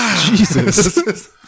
Jesus